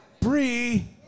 Bree